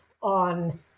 on